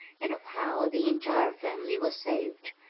and of how the entire family was saved,